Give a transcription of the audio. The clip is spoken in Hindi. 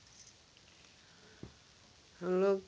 हम लोग